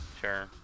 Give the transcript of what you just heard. sure